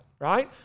right